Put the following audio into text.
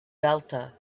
delta